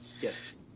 Yes